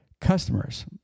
customers